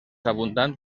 abundant